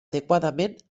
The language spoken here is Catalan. adequadament